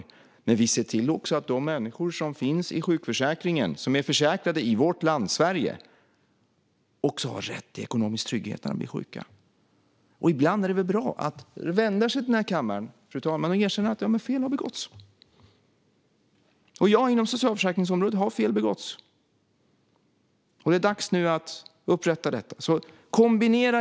Låt oss också se till att de människor som finns i sjukförsäkringen - som är försäkrade i vårt land Sverige - har rätt till ekonomisk trygghet när de blir sjuka. Ibland, fru talman, är det väl bra att vända sig till kammaren och erkänna att fel har begåtts. Inom socialförsäkringsområdet har fel begåtts, och nu är det dags att rätta till detta. Jan Ericson!